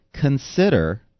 consider